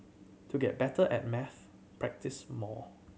to get better at maths practise more